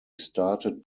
started